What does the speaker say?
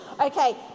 Okay